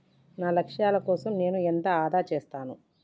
నా లక్ష్యాల కోసం నేను ఎంత ఆదా చేస్తాను?